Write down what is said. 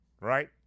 right